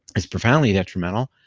is profoundly detrimental,